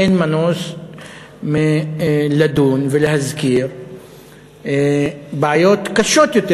אין מנוס מלדון ומלהזכיר בעיות קשות יותר